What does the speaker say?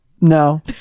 no